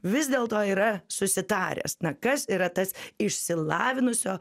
vis dėl to yra susitaręs na kas yra tas išsilavinusio